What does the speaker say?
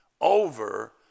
over